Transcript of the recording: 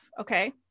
okay